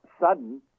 sudden